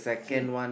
same